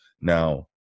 Now